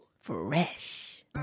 Fresh